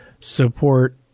support